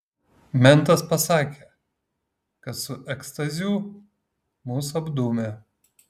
mentas pasakė kad su ekstazių mus apdūmė